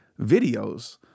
videos